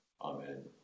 Amen